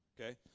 Okay